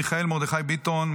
מיכאל מרדכי ביטון,